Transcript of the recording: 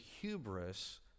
hubris